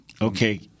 Okay